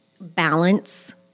balance